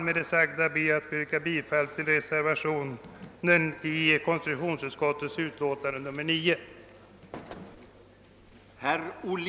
Med det sagda ber jag att få yrka bifall till den vid konstitutionsutskottets utlåtande nr 9 fogade reservationen.